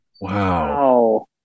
Wow